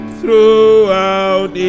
throughout